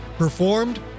Performed